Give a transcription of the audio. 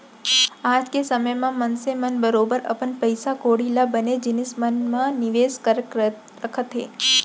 आज के समे म मनसे मन बरोबर अपन पइसा कौड़ी ल बनेच जिनिस मन म निवेस करके रखत हें